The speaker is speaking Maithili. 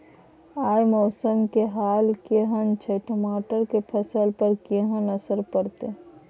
आय मौसम के हाल केहन छै टमाटर के फसल पर केहन असर परतै?